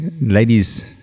ladies